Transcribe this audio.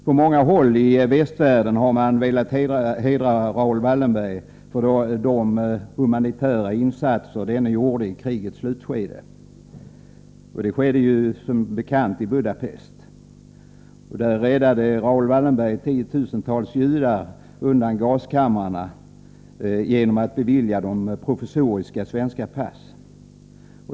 På många håll i västvärlden har man velat hedra Raoul Wallenberg för de humanitära insatser som denne gjorde i Budapest i krigets slutskede. Som bekant räddade Raoul Wallenberg tiotusentals judar undan gaskamrarna genom att bevilja dem provisoriska svenska pass.